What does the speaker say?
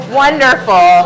wonderful